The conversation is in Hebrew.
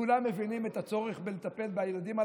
כולם מבינים את הצורך לטפל בילדים הללו.